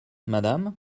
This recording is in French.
madame